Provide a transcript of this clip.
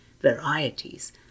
varieties